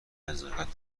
نزاکت